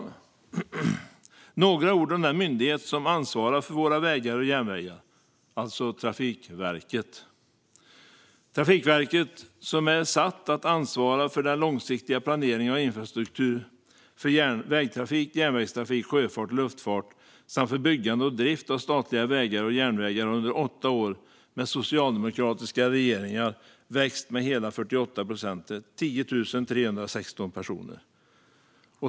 Jag ska säga några ord om den myndighet som ansvarar för våra vägar och järnvägar, alltså Trafikverket. Trafikverket, som är satt att ansvara för den långsiktiga planeringen av infrastruktur för vägtrafik, järnvägstrafik, sjöfart och luftfart samt för byggande och drift av statliga vägar och järnvägar, har under åtta år med socialdemokratiska regeringar växt med hela 48 procent, till 10 316 personer.